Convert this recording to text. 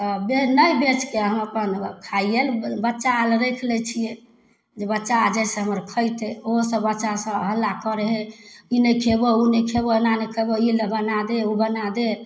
बे नहि बेचके हम अपन खाइये लए बच्चा आर लए राखि लै छियै जे बच्चा जैसे हमर खयतै ओहो सऽ बच्चा सब हल्ला करै हइ ई नहि खेबौ ओ नहि खेबौ एना नहि खेबौ ई नहि बना दे ओ बना दे